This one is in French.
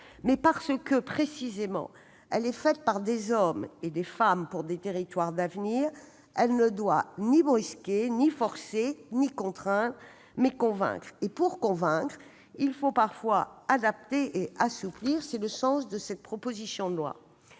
Mais précisément parce qu'elle est faite par des hommes et des femmes, pour des territoires d'avenir, elle ne doit ni brusquer, ni forcer, ni contraindre, mais convaincre. Et pour convaincre, il convient parfois d'adapter et d'assouplir. C'est le sens de cette proposition de loi.